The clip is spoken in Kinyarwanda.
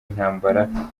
intambara